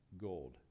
gold